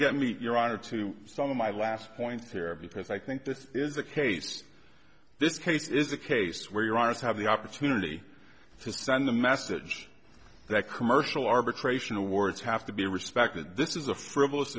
get me your honor to some of my last points here because i think this is a case this case is a case where you're ours have the opportunity to send a message that commercial arbitration awards have to be respected this is a frivolous